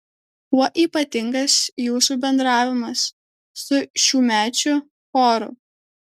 kuo ypatingas jūsų bendravimas su šiųmečiu choru